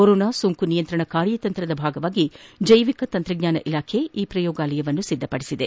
corona ಸೋಂಕು ನಿಯಂತ್ರಣ ಕಾರ್ಯತಂತ್ರದ ಭಾಗವಾಗಿ ಜೈವಿಕ ತಂತ್ರಜ್ಞಾನ ಇಲಾಖೆ ಈ ಪ್ರಯೋಗಾಲಯವನ್ನು ಸಿದ್ದಪಡಿಸಿದೆ